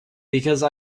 because